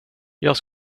jag